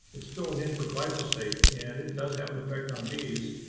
it's filling in for glyphosate, and it does have an effect on bees,